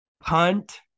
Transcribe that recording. Punt